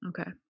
okay